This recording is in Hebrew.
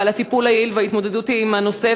ועל הטיפול היעיל וההתמודדות עם הנושא,